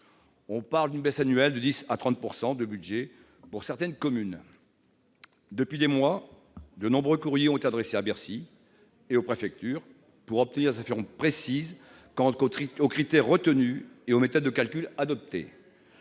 on parle d'une baisse annuelle de 10 % à 30 % des budgets pour certaines communes. Depuis des mois, de nombreux courriers ont été adressés à Bercy et aux préfectures pour obtenir des informations précises quant aux critères retenus et aux méthodes de calcul adoptées.